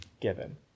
given